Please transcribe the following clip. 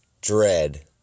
dread